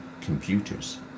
computers